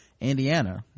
indiana